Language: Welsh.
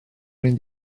mynd